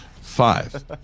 Five